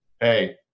hey